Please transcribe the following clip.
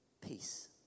peace